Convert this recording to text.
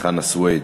חנא סוייד.